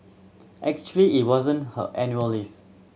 actually it wasn't her annual leave